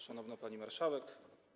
Szanowna Pani Marszałek!